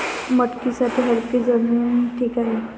मटकीसाठी हलकी जमीन ठीक आहे